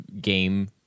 game